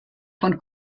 von